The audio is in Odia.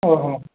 ଅ ହଁ